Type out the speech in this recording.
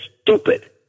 stupid